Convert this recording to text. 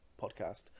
podcast